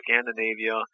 Scandinavia